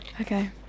Okay